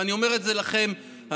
ואני אומר את זה לכם המציעים,